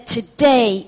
today